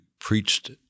preached